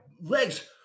legs